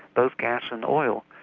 both gas and oil.